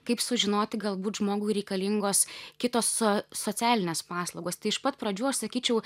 kaip sužinoti galbūt žmogui reikalingos kitos so socialinės paslaugos tai iš pat pradžių aš sakyčiau